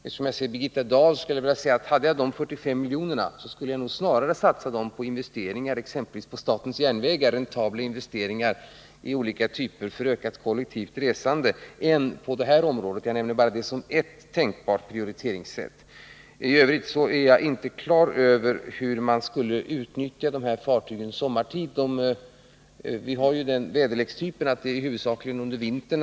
— Eftersom jag ser Birgitta Dahl i kammaren skulle jag vilja are satsa dem på investeringar säga: Hade jag de 45 miljonerna skulle jag si exempelvis inom statens järnvägar, räntabla investeringar i olika typer av fordon för ökat kollektivt resande, än på det här området. Jag nämner bara det som ett tänkbart prioriteringssätt. I övrigt är jag inte på det klara med hur man skulle utnyttja dessa fartyg sommartid. Vi har ju den väderlekstypen att isbrytning behövs huvudsakligen under vintern.